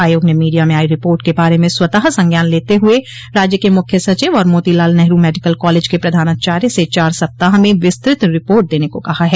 आयोग ने मीडिया में आई रिपोर्ट के बारे में स्वतः संज्ञान लेते हुए राज्य के मुख्य सचिव और मोती लाल नेहरू मेडिकल कॉलेज के प्रधानाचार्य से चार सप्ताह में विस्तृत रिपोर्ट देने को कहा है